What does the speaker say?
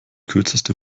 kürzeste